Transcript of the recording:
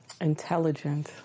Intelligent